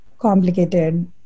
complicated